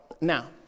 Now